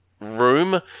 room